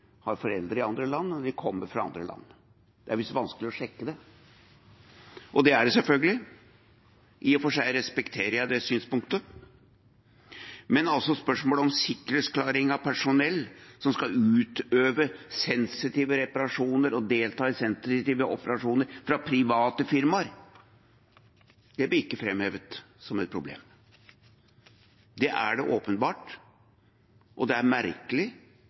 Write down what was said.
kommer fra andre land. Det er visst vanskelig å sjekke det. Det er det selvfølgelig, i og for seg respekterer jeg det synspunktet. Men spørsmålet om sikkerhetsklarering av personell fra private firmaer som skal utøve sensitive reparasjoner og delta i sensitive operasjoner, blir altså ikke framhevet som et problem. Det er det åpenbart, og det er merkelig